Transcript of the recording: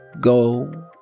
go